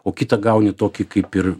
o kitą gauni tokį kaip ir